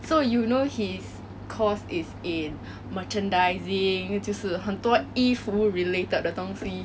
so you know his course is in merchandising 就是很多衣服 related 的东西